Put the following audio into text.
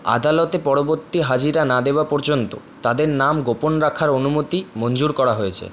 আদালতে পরবর্তী হাজিরা না দেওয়া পর্যন্ত তাদের নাম গোপন রাখার অনুমতি মঞ্জুর করা হয়েছে